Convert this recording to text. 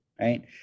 right